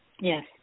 yes